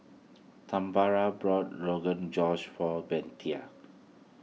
Tambra bought Rogan Josh for